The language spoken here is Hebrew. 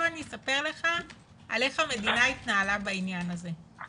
בוא אני אספר לך איך המדינה התנהלה בעניין הזה.